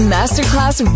Masterclass